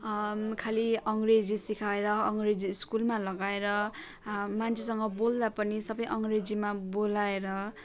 खालि अङ्ग्रेजी सिकाएर अङ्ग्रेजी स्कुलमा लगाएर मान्छेसँग बोल्दा पनि सबै अङ्ग्रेजीमा बोलाएर